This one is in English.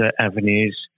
avenues